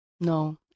No